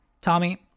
Tommy